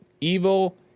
evil